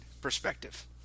perspective